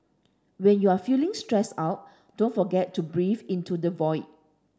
when you are feeling stressed out don't forget to breathe into the void